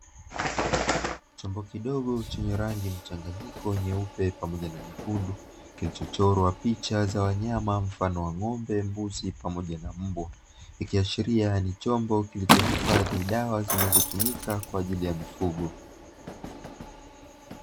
Chombo kidogo chenye rangi mchanganyiko nyeupe pamoja nyekundu, kilicho chorwa picha za wanyama mfano wa ng’ombe, mbuzi pamoja na mbwa. Ikiashiria ni chombo kilichohifadhi dawa zinazotumika kwa ajili ya mifugo.